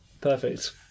Perfect